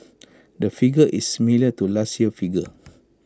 the figure is similar to last year's figure